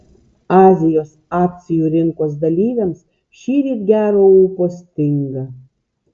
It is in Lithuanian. azijos akcijų rinkos dalyviams šįryt gero ūpo stinga